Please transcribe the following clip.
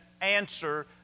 answer